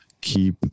keep